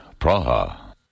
Praha